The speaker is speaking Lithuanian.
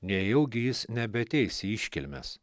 nejaugi jis nebeateis į iškilmes